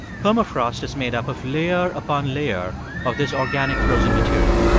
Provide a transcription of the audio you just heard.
permafrost is made up of layer upon layer of this organic frozen material.